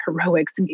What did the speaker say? heroics